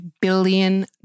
billion